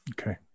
Okay